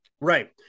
Right